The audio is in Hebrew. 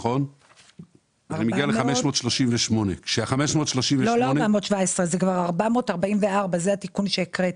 אני מגיע ל-538, שלא כולל 40 מיליון שקל.